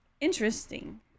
Interesting